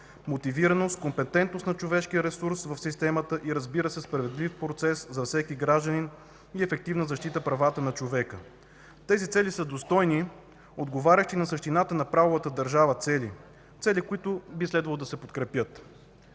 мотивираност, компетентност на човешкия ресурс в системата, разбира се, справедлив процес за всеки гражданин и ефективна защита правата на човека. Тези цели са достойни, отговарящи на същината на правовата държава, цели, които би следвало да се подкрепят.